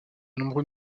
nombreux